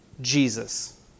Jesus